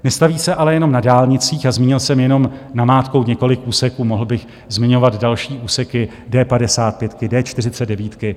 Nestaví se ale jenom na dálnicích a zmínil jsem jenom namátkou několik úseků, mohl bych zmiňovat další úseky D55, D49.